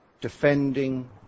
defending